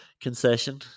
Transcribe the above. concession